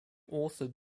authored